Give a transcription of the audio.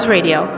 radio